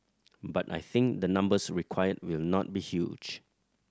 but I think the numbers required will not be huge